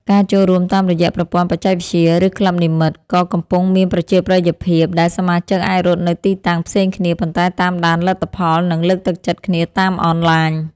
ការចូលរួមតាមរយៈប្រព័ន្ធបច្ចេកវិទ្យា ឬក្លឹបនិម្មិត ក៏កំពុងមានប្រជាប្រិយភាព ដែលសមាជិកអាចរត់នៅទីតាំងផ្សេងគ្នា ប៉ុន្តែតាមដានលទ្ធផល និងលើកទឹកចិត្តគ្នាតាមអនឡាញ។